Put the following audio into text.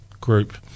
group